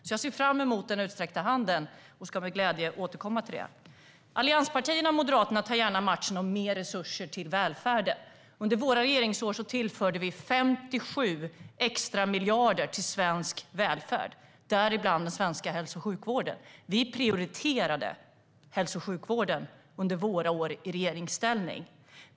Jag ser därför fram emot den utsträckta handen och ska med glädje återkomma till det. Allianspartierna och Moderaterna tar gärna matchen om mer resurser till välfärden. Under våra regeringsår tillförde vi 57 extra miljarder till svensk välfärd, däribland till den svenska hälso och sjukvården. Vi prioriterade hälso och sjukvården under våra år i regeringsställning.